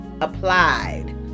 applied